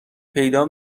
پیدا